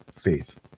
faith